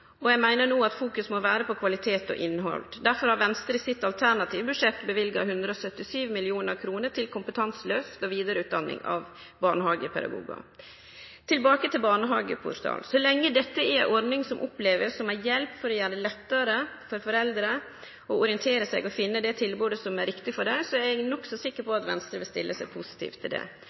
og eg meiner at det no må bli fokusert på kvalitet og innhald. Derfor har Venstre i det alternative budsjettet sitt løyva 177 mill. kr til kompetanseløft og vidareutdanning av barnehagepedagogar. Tilbake til barnehageportalen: Så lenge dette er ei ordning som blir opplevd som ei hjelp til å gjere det lettare for foreldre å orientere seg og finne det tilbodet som er riktig for dei, er eg nokså sikker på at Venstre vil stille seg positiv til det.